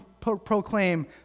proclaim